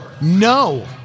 No